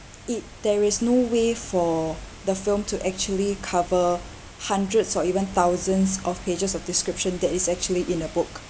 it there is no way for the film to actually cover hundreds or even thousands of pages of description that is actually in a book